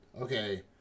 okay